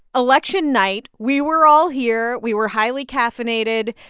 election night we were all here. we were highly caffeinated.